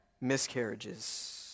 miscarriages